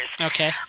Okay